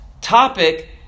topic